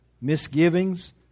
misgivings